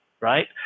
right